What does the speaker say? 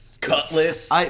Cutlass